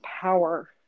power